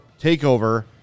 takeover